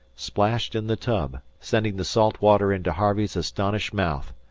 splashed in the tub, sending the salt water into harvey's astonished mouth.